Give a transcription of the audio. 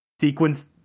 sequence